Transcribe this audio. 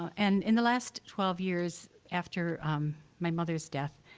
and in the last twelve years after my mother's death,